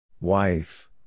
Wife